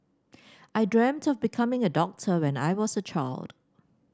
I dreamt of becoming a doctor when I was a child